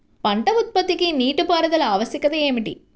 పంట ఉత్పత్తికి నీటిపారుదల ఆవశ్యకత ఏమిటీ?